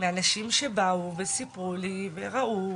ואנשים שבאו, וסיפרו לי, וראו,